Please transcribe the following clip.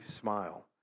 smile